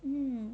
mm